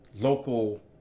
local